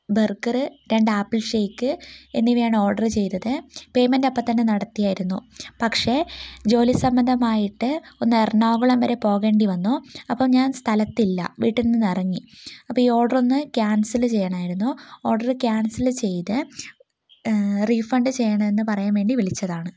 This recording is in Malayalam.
ബർഗറ് രണ്ട് ആപ്പിൾ ഷേക്ക് എന്നിവയാണ് ഓർഡർ ചെയ്തത് പേയ്മെന്റ് അപ്പോൾത്തന്നെ നടത്തിയിരുന്നു പക്ഷെ ജോലി സംബന്ധമായിട്ട് ഒന്ന് എറണാകുളം വരെ പോകേണ്ടി വന്നു അപ്പോൾ ഞാൻ സ്ഥലത്തില്ല വീട്ടിൽ നിന്നിറങ്ങി അപ്പോൾ ഈ ഓർഡർ ഒന്ന് ക്യാൻസൽ ചെയ്യണമായിരുന്നു ഓർഡർ ക്യാൻസൽ ചെയ്ത് റീഫണ്ട് ചെയ്യണം എന്നു പറയാൻ വേണ്ടി വിളിച്ചതാണ്